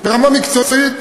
ברמה המקצועית,